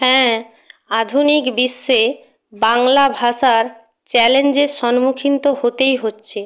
হ্যাঁ আধুনিক বিশ্বে বাংলা ভাষার চ্যালেঞ্জের সম্মুখীন তো হতেই হচ্ছে